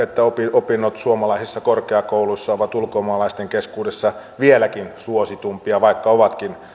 opinnot suomalaisissa korkeakouluissa ovat ulkomaalaisten keskuudessa vieläkin suositumpia vaikka ovatkin